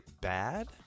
bad